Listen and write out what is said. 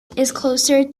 closer